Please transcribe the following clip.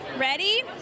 Ready